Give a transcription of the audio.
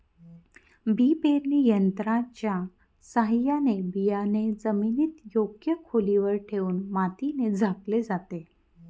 बी पेरणी यंत्राच्या साहाय्याने बियाणे जमिनीत योग्य खोलीवर ठेवून मातीने झाकले जाते